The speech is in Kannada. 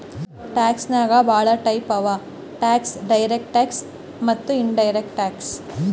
ಟ್ಯಾಕ್ಸ್ ನಾಗ್ ಭಾಳ ಟೈಪ್ ಅವಾ ಟ್ಯಾಕ್ಸ್ ಡೈರೆಕ್ಟ್ ಮತ್ತ ಇನಡೈರೆಕ್ಟ್ ಟ್ಯಾಕ್ಸ್